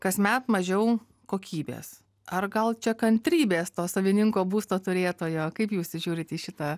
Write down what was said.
kasmet mažiau kokybės ar gal čia kantrybės to savininko būsto turėtojo kaip jūs žiūrit į šitą